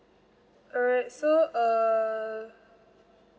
alright so err